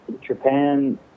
Japan